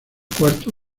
cuarto